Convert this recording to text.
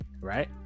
right